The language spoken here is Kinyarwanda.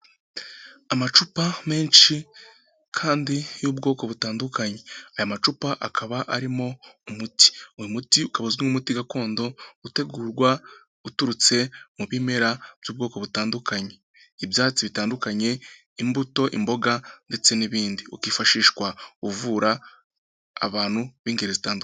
Amacupa menshi kandi y'ubwoko butandukanye, aya macupa akaba arimo umuti, uyu muti ukaba uzwi nk'umuti gakondo utegurwa uturutse mu bimera by'ubwoko butandukanye, ibyatsi bitandukanye, imbuto, imboga ndetse n'ibindi ukifashishwa uvura abantu b'ingeri zitandukanye.